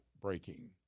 breaking